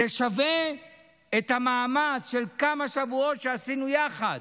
זה שווה את המאמץ של כמה שבועות שעשינו יחד.